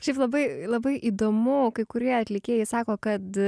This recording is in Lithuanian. šiaip labai labai įdomu kai kurie atlikėjai sako kad